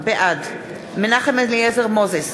בעד מנחם אליעזר מוזס,